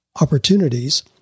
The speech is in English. Opportunities